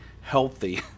healthy